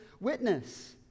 witness